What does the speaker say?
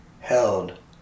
held